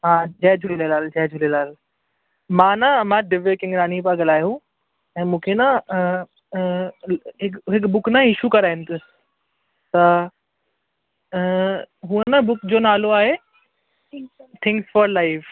हा जय झूलेलाल जय झूलेलाल मां न मां दिव्य किंगरानी पिया ॻाल्हायूं ऐं मूंखे ना हिकु बुक ना इशू करयाणी अथव त हुअ न बुक जो नालो आहे थिंग्स फोर लाइफ